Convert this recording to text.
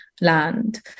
land